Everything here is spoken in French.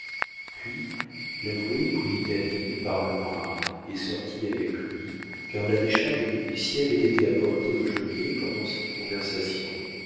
puis l'avoué prit david par le bras et sortit avec lui car la décharge de l'huissier avait été apportée au geôlier pendant cette conversation